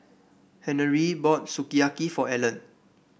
Henery bought Sukiyaki for Ellen